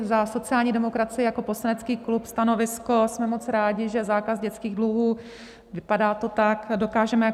Za sociální demokracii jako poslanecký klub stanovisko: jsme moc rádi, že zákaz dětských dluhů, vypadá to tak, dokážeme jako